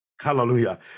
Hallelujah